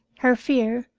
her fear,